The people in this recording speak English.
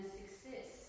success